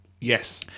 Yes